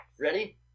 Ready